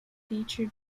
featured